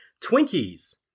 Twinkies